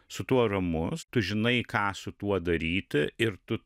su tuo ramus tu žinai ką su tuo daryti ir tu